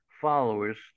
followers